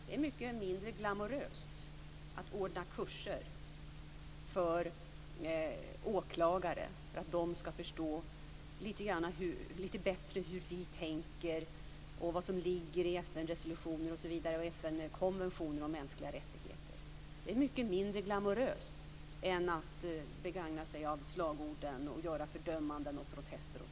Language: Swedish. Det är mycket mindre glamoröst att ordna kurser för åklagare för att de skall förstå litet bättre hur vi tänker och vad som står i FN-resolutioner och FN-konventioner om mänskliga rättigheter. Det är mycket mindre glamoröst än att begagna sig av slagorden och göra fördömanden och protester.